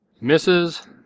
Misses